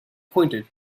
pointed